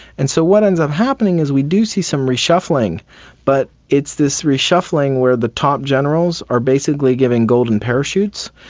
and so what ends up happening is we do see some reshuffling but it's this reshuffling where the top generals are basically giving golden parachutes,